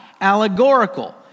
allegorical